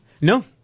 No